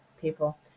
people